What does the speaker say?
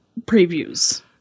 previews